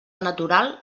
natural